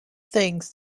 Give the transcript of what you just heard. things